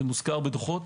זה נזכר בדוחות.